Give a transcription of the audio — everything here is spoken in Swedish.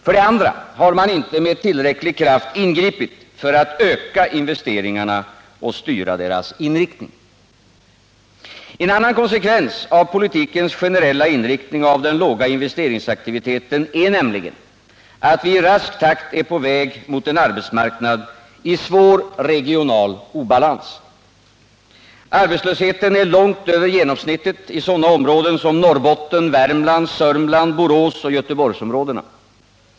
För det andra har man inte med tillräcklig kraft ingripit för att öka investeringarna och styra deras inriktning. En annan konsekvens av politikens generella inriktning och av den låga investeringsaktiviteten är nämligen att vi i rask takt är på väg mot en arbetsmarknad i svår regional obalans. Arbetslösheten är långt över genomsnittet i sådana områden som Norrbotten, Värmland och Sörmland liksom i Boråsoch Göteborgsområdena.